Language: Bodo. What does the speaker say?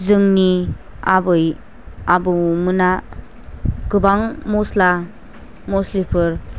जोंनि आबै आबौमोना गोबां मस्ला मस्लिफोर